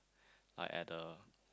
uh at the